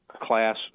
class